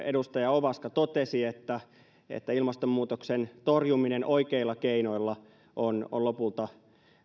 edustaja ovaska totesi että että ilmastonmuutoksen torjuminen oikeilla keinoilla on on lopulta